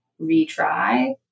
retry